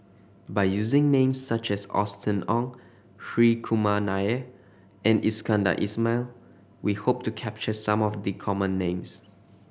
by using names such as Austen Ong Hri Kumar Nair and Iskandar Ismail we hope to capture some of the common names